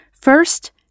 First